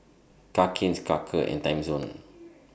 Cakenis Quaker and Timezone